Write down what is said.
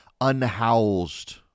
unhoused